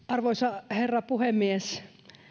arvoisa herra puhemies